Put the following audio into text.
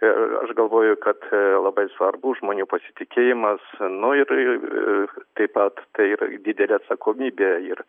ir aš galvoju kad labai svarbus žmonių pasitikėjimas nu ir taip pat tai ir didelė atsakomybė ir